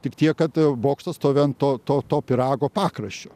tik tiek kad bokštas stovi ant to to to pyrago pakraščio